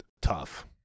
tough